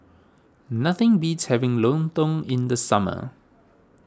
nothing beats having Lontong in the summer